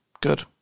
Good